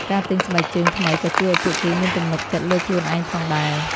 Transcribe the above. ការទិញស្បែកជើងថ្មីក៏ជួយឱ្យពួកគេមានទំនុកចិត្តលើខ្លួនឯងផងដែរ។